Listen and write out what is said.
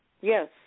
Yes